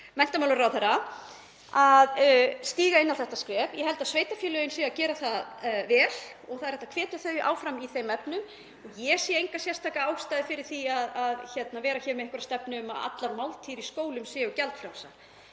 menntamálaráðherra að stíga inn á þetta svið. Ég held að sveitarfélögin séu að gera þetta vel og það er hægt að hvetja þau áfram í þeim efnum. Ég sé enga sérstaka ástæðu fyrir því að vera hér með einhverja stefnu um að allar máltíðir í skólum séu gjaldfrjálsar.